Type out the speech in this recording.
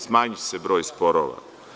Smanjiće se broj sporova.